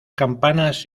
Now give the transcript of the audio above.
campanas